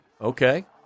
Okay